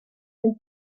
den